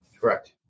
correct